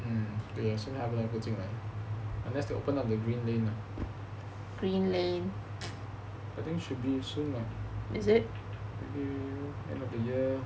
也许附近 ah unless they open up the green lane maybe end of the year